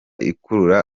ikurura